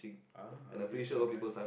ah okay that'll be nice